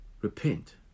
Repent